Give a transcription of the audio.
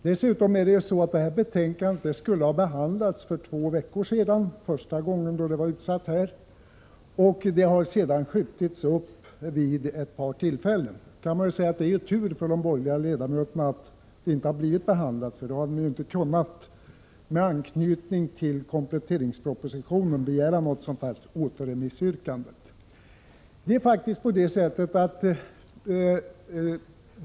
Dessutom skulle betänkandet först behandlas för två veckor sedan och har sedan skjutits upp vid ett par tillfällen. Man kan säga att det var tur för de borgerliga ledamöterna att betänkandet inte har blivit behandlat, eftersom de då inte hade kunnat begära något återremissyrkande med anknytning till kompletteringspropositionen.